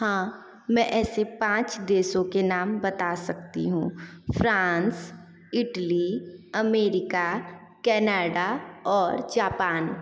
हाँ में ऐसे पाँच देशों के नाम बता सकती हूँ फ्रांस इटली अमेरिका कनाडा और जापान